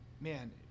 man